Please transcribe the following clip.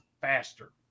Faster